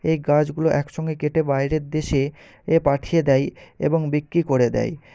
এই গাছগুলো এক সঙ্গে কেটে বাইরের দেশে এ পাঠিয়ে দেয় এবং বিক্রি করে দেয়